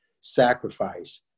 Sacrifice